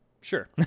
Sure